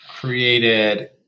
created